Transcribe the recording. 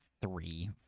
three